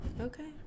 Okay